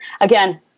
Again